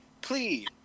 Please